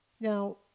Now